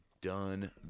done